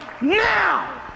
now